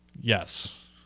Yes